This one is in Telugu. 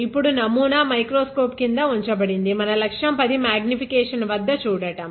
ఇప్పుడు నమూనా మైక్రోస్కోప్ క్రింద ఉంచబడింది మన లక్ష్యం 10x మాగ్నిఫికేషన్ వద్ద చూడటం